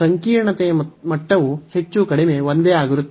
ಸಂಕೀರ್ಣತೆಯ ಮಟ್ಟವು ಹೆಚ್ಚು ಕಡಿಮೆ ಒಂದೇ ಆಗಿರುತ್ತದೆ